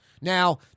Now